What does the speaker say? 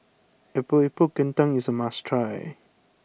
Epok Epok Kentang is must try